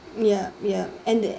ya ya and that